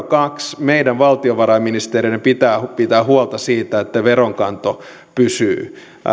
kaksi meidän valtiovarainministereiden pitää pitää huolta siitä että veronkanto pysyy